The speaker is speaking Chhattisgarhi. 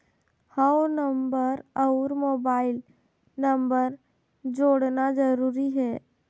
हव नंबर अउ मोबाइल नंबर जोड़ना जरूरी हे?